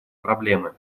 проблемы